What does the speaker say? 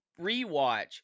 rewatch